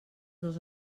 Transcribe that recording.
dos